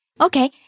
Okay